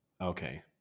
Okay